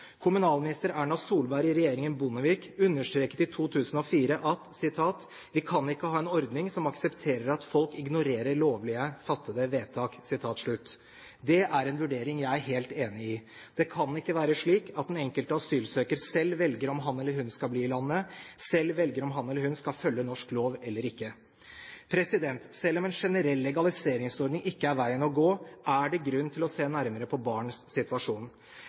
Kommunalminister Erna Solberg i regjeringen Bondevik understreket i 2004 at «vi ikke kan ha en ordning som aksepterer at folk ignorerer lovlige vedtak». Det er en vurdering jeg er helt enig i. Det kan ikke være slik at den enkelte asylsøker selv velger om han eller hun skal bli i landet, selv velger om han eller hun skal følge norsk lov eller ikke. Selv om en generell legaliseringsordning ikke er veien å gå, er det grunn til å se nærmere på barns situasjon.